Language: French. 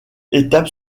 étape